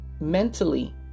mentally